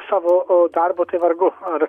savo o darbą tai vargu ar